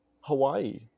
Hawaii